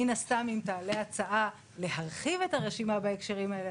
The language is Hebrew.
מן הסתם אם תעלה הצעה להרחיב את הרשימה בהקשרים האלה,